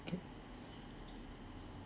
okay